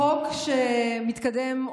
חוק שמתקדם,